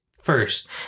first